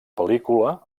pel·lícula